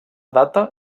data